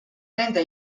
nende